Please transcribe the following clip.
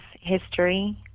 history